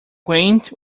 quaint